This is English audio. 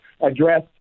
address